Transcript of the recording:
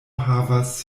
havas